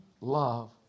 love